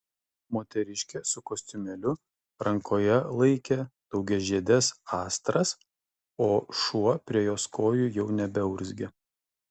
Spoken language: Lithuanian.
moteriškė su kostiumėliu rankoje laikė daugiažiedes astras o šuo prie jos kojų jau nebeurzgė